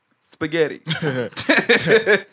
spaghetti